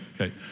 okay